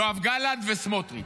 יואב גלנט וסמוטריץ'